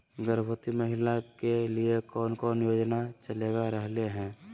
गर्भवती महिला के लिए कौन कौन योजना चलेगा रहले है?